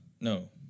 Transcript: no